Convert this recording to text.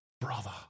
brother